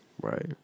Right